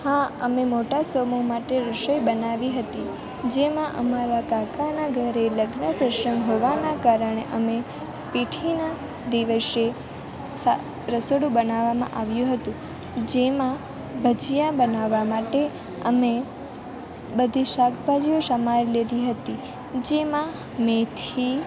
હા અમે મોટા સમુહ માટે રસોઈ બનાવી હતી જેમાં અમારા કાકાના ઘરે લગ્ન પ્રસંગ હોવાના કારણે અમે પીઠીના દિવસે સા રસોડું બનાવવામાં આવ્યું હતું જેમાં ભજીયા બનાવવા માટે અમે બધી શાકભાજીઓ સમાર લીધી હતી જેમાં મેથી